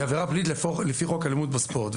עבירה פלילית לפי חוק אלימות בספורט.